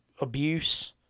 abuse